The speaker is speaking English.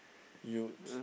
you'd